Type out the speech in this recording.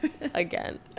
Again